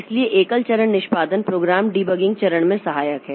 इसलिए एकल चरण निष्पादन प्रोग्राम डीबगिंग चरण में सहायक है